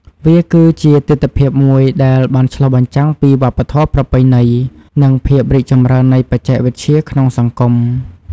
វាគឺជាទិដ្ឋភាពមួយដែលបានឆ្លុះបញ្ចាំងពីវប្បធម៌ប្រពៃណី និងភាពរីកចម្រើននៃបច្ចេកវិទ្យាក្នុងសង្គម។